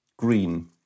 green